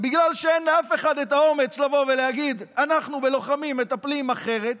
ובגלל שאין לאף אחד את האומץ לבוא ולהגיד: אנחנו בלוחמים מטפלים אחרת,